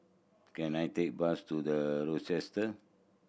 can I take bus to The Rochester